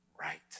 right